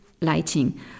lighting